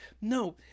No